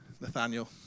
Nathaniel